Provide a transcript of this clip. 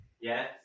Yes